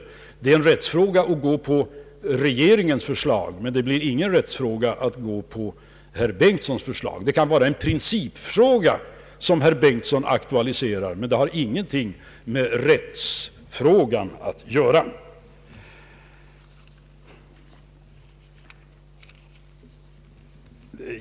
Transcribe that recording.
Rättssynpunkten tillgodoses, om man går på regeringens förslag, men inte om man går på herr Bengtsons förslag. Det kan vara en principfråga, detta som herr Bengtson aktualiserar, men det har ingenting med rättsfrågor att göra.